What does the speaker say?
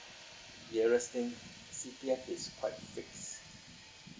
various thing C_P_F is quite fix